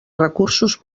recursos